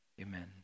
Amen